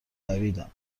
دویدم